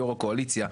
יו"ר הקואליציה,